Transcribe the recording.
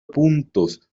puntos